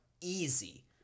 easy